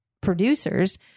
producers